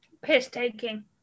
Piss-taking